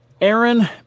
Aaron